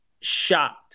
shocked